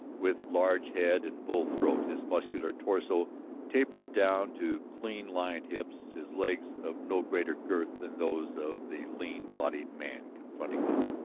with large head and bull throat, his muscular torso tapered down to clean-lined hips, his legs of no greater girth than those of the lean-bodied man confronting him,